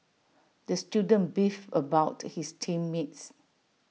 the student beefed about his team mates